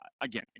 again